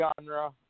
genre